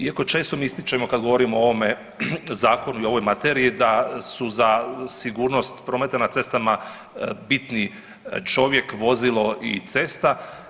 Iako često mi ističemo kad govorimo o ovome Zakonu i ovoj materiji, da su za sigurnost prometa na cestama bitni čovjek, vozilo i cesta.